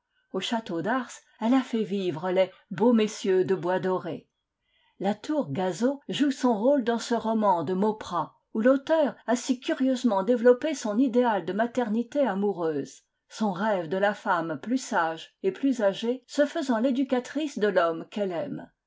au château d'ars elle a fait vivre les beaux messieurs de boisdoré la tour gazeau joue son rôle dans ce roman de mauprat oij l'auteur a si curieusement développé son idéal de maternité amoureuse son rêve de la femme plus sage et plus âgée se faisant l'éducatrice de l'homme qu'elle aime